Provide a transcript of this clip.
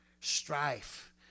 strife